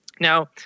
Now